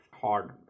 hard